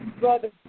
Brother